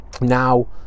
Now